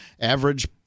average